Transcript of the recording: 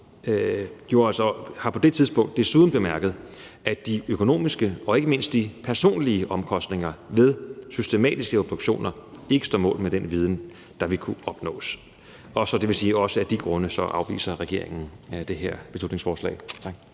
på det tidspunkt, at de økonomiske og ikke mindst de personlige omkostninger ved systematiske obduktioner ikke står mål med den viden, der vil kunne opnås. Og det vil sige, at også af de grunde afviser regeringen det her beslutningsforslag.